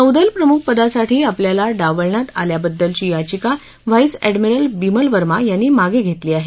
नौदल प्रमुख पदासाठी आपल्याला डावलण्यात आल्याबद्दलची याचिका व्हाईस अद्यमिरल बिमल वर्मा यांनी मागे घेतली आहे